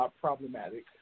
problematic